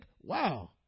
wow